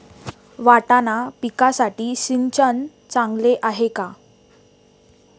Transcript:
वाटाणा पिकासाठी सिंचन चांगले आहे का?